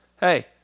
hey